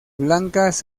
blancas